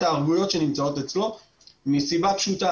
הערבויות שנמצאות אצלו וזאת מסיבה פשוטה.